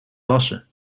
lassen